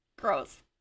Gross